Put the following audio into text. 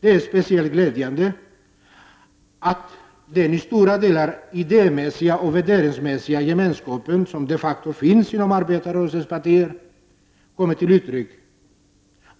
Det är speciellt glädjande att den idémässiga och värderingsmässiga gemenskap som i stora delar de facto finns inom arbetarrörelsens partier kommer till uttryck,